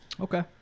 Okay